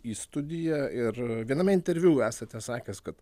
į studiją ir viename interviu esate sakęs kad